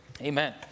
Amen